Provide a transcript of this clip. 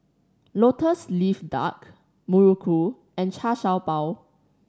Lotus Leaf Duck muruku and Char Siew Bao